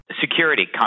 Security